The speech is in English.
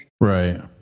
Right